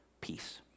peace